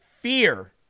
fear